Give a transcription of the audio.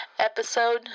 episode